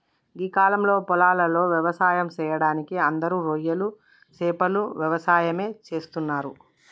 గీ కాలంలో పొలాలలో వ్యవసాయం సెయ్యడానికి అందరూ రొయ్యలు సేపల యవసాయమే చేస్తున్నరు